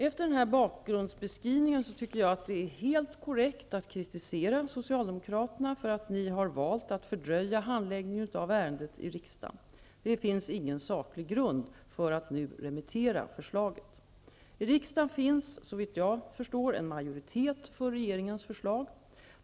Efter den här bakgrundsbeskrivningen tycker jag att det är helt korrekt att kritisera Socialdemokraterna för att ni har valt att fördröja handläggningen av ärendet i riksdagen. Det finns ingen saklig grund för att nu remittera förslaget. I riksdagen finns -- såvitt jag förstår -- en majoritet för regeringens förslag.